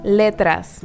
letras